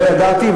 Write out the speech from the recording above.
לא ידעתי,